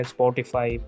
Spotify